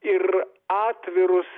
ir atvirus